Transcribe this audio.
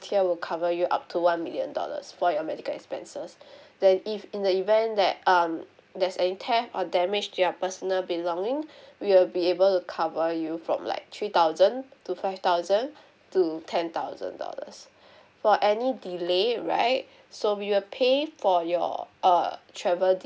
tier will cover you up to one million dollars for your medical expenses then if in the event that um there's any theft or damage to your personal belongings we will be able to cover you from like three thousand to five thousand to ten thousand dollars for any delay right so we will pay for your err travel d~